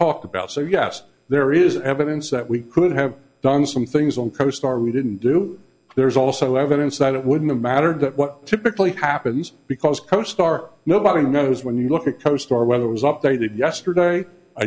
talked about so yes there is evidence that we could have done some things on costar we didn't do there's also evidence that it wouldn't have mattered what typically happens because costar nobody knows when you look at costar whether it was updated yesterday a